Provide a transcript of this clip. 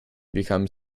become